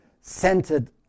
centered